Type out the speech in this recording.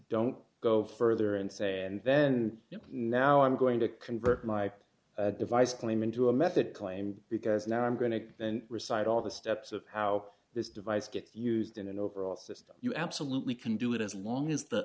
don't go further and say and then you know now i'm going to convert my device claim into a method claim because now i'm going to then recite all the steps of how this device gets used in an overall system you absolutely can do it as long as th